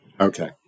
Okay